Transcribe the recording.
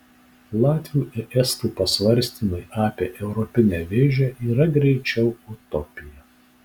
latvių ir estų pasvarstymai apie europinę vėžę yra greičiau utopija